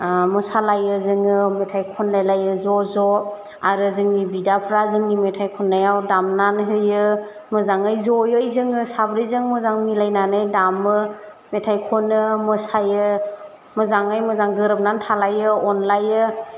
मोसालायो जोङो मेथाइ ख'नलाय लायो ज' ज' आरो जोंनि बिदाफ्रा जोंनि मेथाइ खन्नायाव दामनानै होयो मोजाङै ज'यै जोङो साब्रैजों मोजां मिलायनानै दामो मेथाइ ख'नो मोसायो मोजाङै मोजां गोरोबनानै थालायो अनलायो